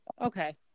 Okay